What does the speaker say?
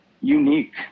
unique